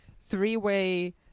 three-way